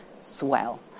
swell